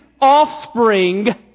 offspring